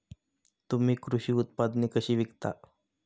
तुम्ही कृषी उत्पादने कशी विकता?